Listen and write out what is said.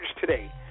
today